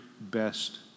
best